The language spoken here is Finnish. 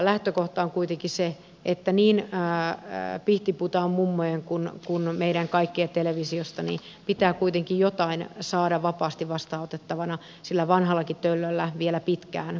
lähtökohta on kuitenkin se että niin pihtiputaan mummojen kuin meidän kaikkien televisioista pitää kuitenkin jotain saada vapaasti vastaanotettua sillä vanhallakin töllöllä vielä pitkään